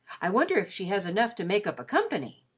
i wonder if she has enough to make up a company?